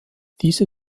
diese